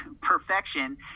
perfection